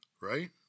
right